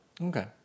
Okay